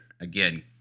again